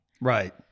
Right